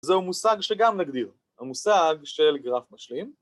זהו מושג שגם נגדיר, המושג של גרף משלים